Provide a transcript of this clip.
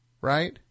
right